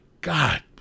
God